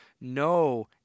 no